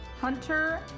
Hunter